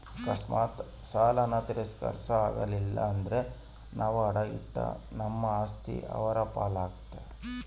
ಅಕಸ್ಮಾತ್ ಸಾಲಾನ ತೀರ್ಸಾಕ ಆಗಲಿಲ್ದ್ರ ನಾವು ಅಡಾ ಇಟ್ಟ ನಮ್ ಆಸ್ತಿ ಅವ್ರ್ ಪಾಲಾತತೆ